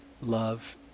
love